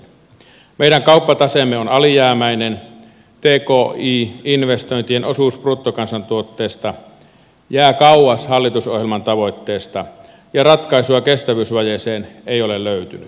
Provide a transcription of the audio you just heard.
meidän kauppataseemme on alijäämäinen t k i investointien osuus bruttokansantuotteesta jää kauas hallitusohjelman tavoitteesta ja ratkaisua kestävyysvajeeseen ei ole löytynyt